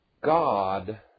God